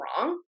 wrong